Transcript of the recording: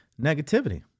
Negativity